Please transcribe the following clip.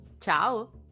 Ciao